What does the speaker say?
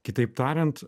kitaip tariant